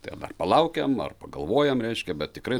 tai dabar palaukiam ar pagalvojam reiškia bet tikrai